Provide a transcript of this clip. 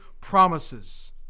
promises